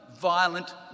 violent